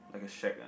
like a shack ah